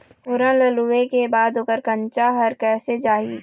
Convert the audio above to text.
फोरन ला लुए के बाद ओकर कंनचा हर कैसे जाही?